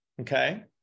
okay